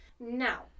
Now